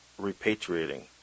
repatriating